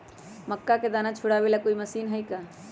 मक्का के दाना छुराबे ला कोई मशीन हई का?